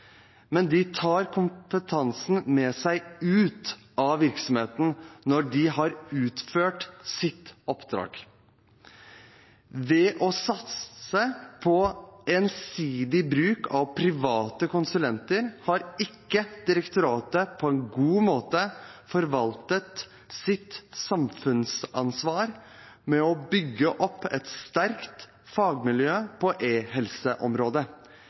men de tar kompetansen med seg ut av virksomheten når de har utført sitt oppdrag. Ved å satse så ensidig på bruk av private konsulenter har ikke direktoratet på en god måte forvaltet sitt samfunnsansvar med å bygge opp et sterkt fagmiljø på